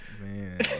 Man